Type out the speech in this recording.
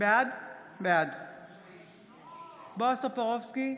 בעד בועז טופורובסקי,